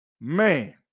man